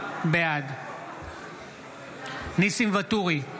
בעד ניסים ואטורי,